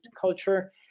culture